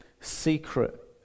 secret